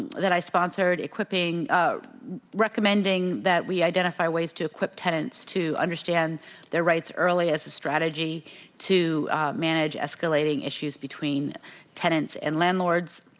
that i sponsored equipping recommending that we identify ways to equip tenants to understand their rights early as a strategy to manage escalating issues between tenants and landlords.